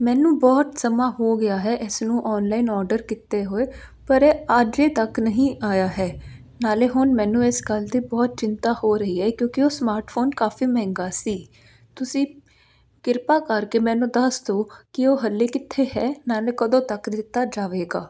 ਮੈਨੂੰ ਬਹੁਤ ਸਮਾਂ ਹੋ ਗਿਆ ਹੈ ਇਸ ਨੂੰ ਓਨਲਾਈਨ ਓਰਡਰ ਕੀਤੇ ਹੋਏ ਪਰ ਅਜੇ ਤੱਕ ਨਹੀਂ ਆਇਆ ਹੈ ਨਾਲ ਹੁਣ ਮੈਨੂੰ ਇਸ ਗੱਲ ਦੀ ਬਹੁਤ ਚਿੰਤਾ ਹੋ ਰਹੀ ਹੈ ਕਿਉਂਕਿ ਉਹ ਸਮਾਰਟਫੋਨ ਕਾਫੀ ਮਹਿੰਗਾ ਸੀ ਤੁਸੀਂ ਕਿਰਪਾ ਕਰਕੇ ਮੈਨੂੰ ਦੱਸ ਦਿਉ ਕਿ ਉਹ ਹਾਲੇ ਕਿੱਥੇ ਹੈ ਨਾਲ ਕਦੋਂ ਤੱਕ ਦਿੱਤਾ ਜਾਵੇਗਾ